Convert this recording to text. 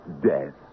Death